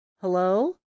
hello